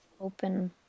open